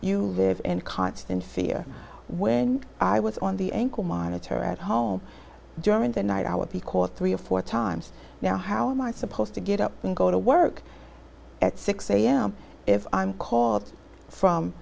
you live in constant fear when i was on the ankle monitor at home during the night out because three or four times now how am i supposed to get up and go to work at six am if i'm called from